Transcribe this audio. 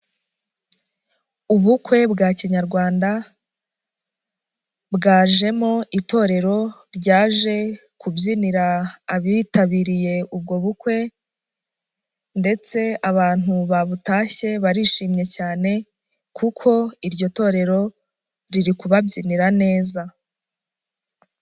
Ubukwe bwa kinyarwanda bwajemo itorero ryaje kubyinira abitabiriye ubwo bukwe, ndetse abantu babutashye barishimye cyane kuko iryo torero riri kubabyinira neza.